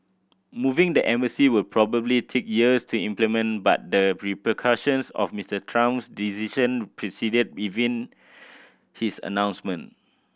moving the embassy will probably take years to implement but the repercussions of Mr Trump's decision preceded even his announcement